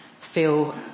feel